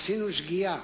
עשינו שגיאה